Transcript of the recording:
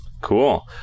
Cool